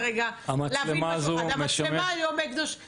מצלמה חדשה?